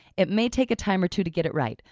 it may take a time or two to get it right,